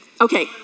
Okay